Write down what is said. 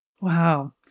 Wow